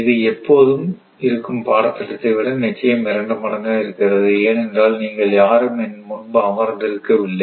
இது எப்போதும் இருக்கும் பாடத் திட்டத்தை விட நிச்சயம் இரண்டு மடங்காக இருக்கிறது ஏனென்றால் நீங்கள் யாரும் என் முன்பு அமர்ந்து இருக்கவில்லை